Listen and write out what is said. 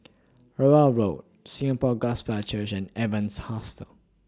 Rowell Road Singapore Gospel Church and Evans Hostel